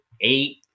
eight